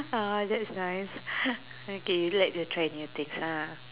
ah that's nice okay you like to try new things ah